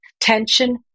tension